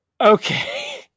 Okay